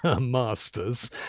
masters